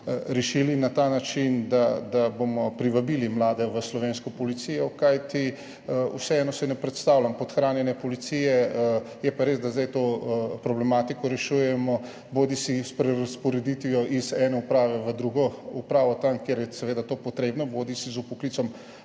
rešili na ta način, da bomo privabili mlade v slovensko policijo, kajti vseeno si ne predstavljam podhranjene policije. Je pa res, da zdaj to problematiko rešujemo bodisi s prerazporeditvijo iz ene uprave v drugo upravo, tam, kjer je seveda to potrebno, bodisi z vpoklicem